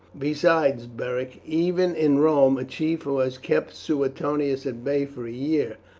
besides, beric, even in rome a chief who has kept suetonius at bay for a year,